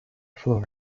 floor